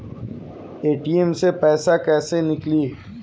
ATM से पैसा कैसे नीकली?